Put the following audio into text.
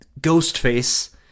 Ghostface